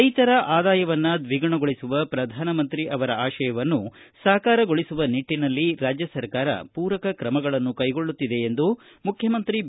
ರೈತರ ಆದಾಯವನ್ನು ದ್ವಿಗುಣಗೊಳಿಸುವ ಪ್ರಧಾನಮಂತ್ರಿ ಅವರ ಆಶಯವನ್ನು ಸಾಕಾರಗೊಳಿಸುವ ನಿಟ್ಟಿನಲ್ಲಿ ರಾಜ್ಯ ಸರ್ಕಾರ ಪೂರಕ ಕ್ರಮಗಳನ್ನು ಕೈಗೊಳ್ಳುತ್ತಿದೆ ಎಂದು ಮುಖ್ಯಮಂತ್ರಿ ಬಿ